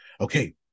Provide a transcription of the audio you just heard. okay